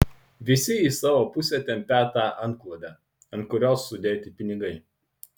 visi į savo pusę tempią tą antklodę ant kurios sudėti pinigai